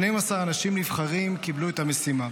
12 אנשים נבחרים קיבלו את המשימה: